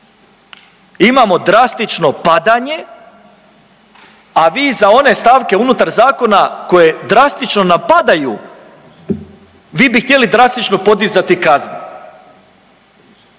Imamo drastično padanje, a vi za one stavke unutar zakone koje drastično nam padaju, vi bi htjeli drastično podizati kazne.